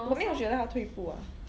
for me I 觉得他退步 ah